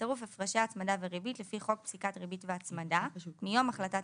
בצירוף הפרשי הצמדה וריבית לפי חוק פסיקת ריבית והצמדה מיום החלטת